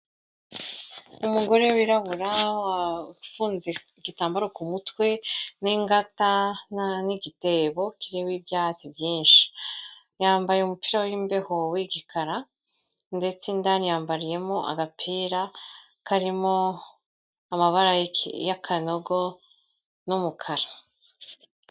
Umugore wirabura wafunze igitambaro ku mutwe, n'ingata n'igitebo, kiriho ibyatsi byinshi; yambaye umupira w'imbeho w'igikara, ndetse indani yambariyemo agapira karimo, amabara y'akanogo n'umukara.